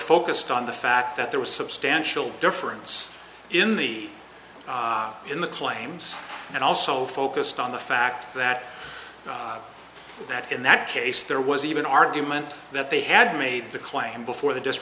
focused on the fact that there was substantial difference in the in the claims and also focused on the fact that that in that case there was even argument that they had made the claim before the